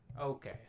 Okay